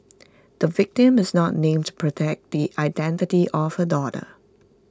the victim is not named to protect the identity of her daughter